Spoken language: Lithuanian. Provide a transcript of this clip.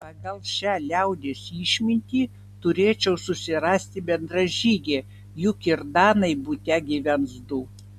pagal šią liaudies išmintį turėčiau susirasti bendražygę juk ir danai bute gyvens du